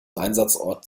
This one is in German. einsatzort